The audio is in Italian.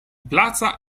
plaza